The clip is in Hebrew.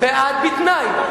בתנאי.